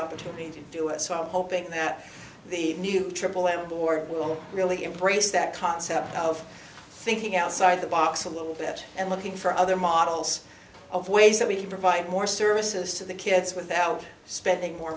opportunity to do it so i'm hoping that the new aaa board will really embrace that concept of thinking outside the box a little bit and looking for other models of ways that we can provide more services to the kids without spending more